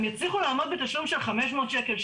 הם יצליחו לעמוד בתשלום של 500 שקלים,